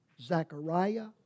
Zechariah